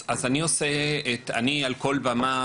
אז אני על כל במה,